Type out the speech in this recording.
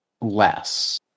less